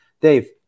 Dave